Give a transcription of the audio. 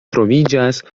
troviĝas